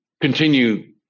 continue